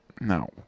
No